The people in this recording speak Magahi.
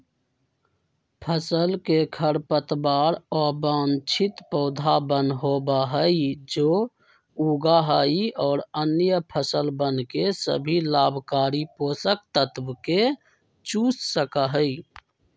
फसल के खरपतवार अवांछित पौधवन होबा हई जो उगा हई और अन्य फसलवन के सभी लाभकारी पोषक तत्व के चूस सका हई